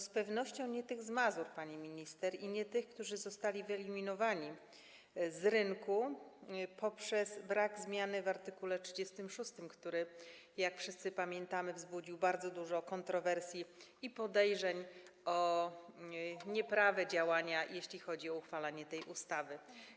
Z pewnością nie tych z Mazur, pani minister, i nie tych, którzy zostali wyeliminowani z rynku z powodu braku zmiany w art. 36, który - jak wszyscy pamiętamy - wzbudził bardzo dużo kontrowersji i podejrzeń o nieprawe działania, jeśli chodzi o uchwalanie tej ustawy.